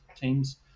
teams